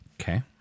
Okay